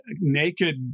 naked